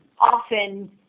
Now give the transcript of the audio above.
often